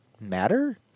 matter